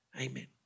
Amen